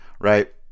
right